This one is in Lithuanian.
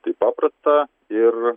taip paprasta ir